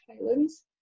Highlands